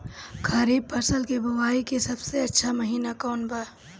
खरीफ फसल के बोआई के सबसे अच्छा महिना कौन बा?